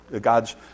God's